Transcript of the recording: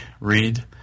read